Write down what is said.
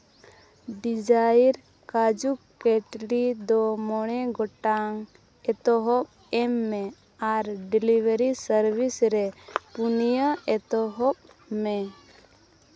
ᱰᱤᱡᱟᱭᱮᱨ ᱠᱟᱡᱩ ᱠᱮᱴᱞᱤ ᱫᱚ ᱢᱚᱬᱮ ᱜᱚᱴᱟᱝ ᱮᱛᱚᱦᱚᱵ ᱮᱢ ᱢᱮ ᱟᱨ ᱰᱤᱞᱤᱵᱷᱟᱨᱤ ᱥᱟᱨᱵᱷᱤᱥ ᱨᱮ ᱯᱩᱱᱭᱟᱹ ᱮᱛᱚᱦᱚᱵ ᱢᱮ